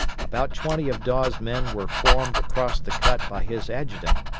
about twenty of dawes' men were formed across the cut by his adjutant,